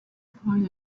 part